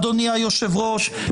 אדוני היושב-ראש,